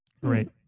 Great